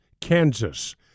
Kansas